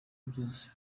byose